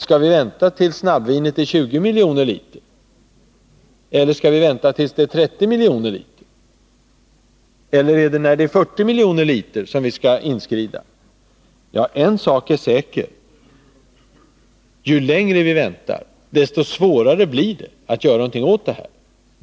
Skall vi vänta tills tillverkningen av snabbvin är 20 miljoner eller 30 miljoner liter? Eller är det när tillverkningen är 40 miljoner liter som vi skall inskrida? En sak är säker: Ju längre vi väntar, desto svårare blir det att göra någonting åt det här.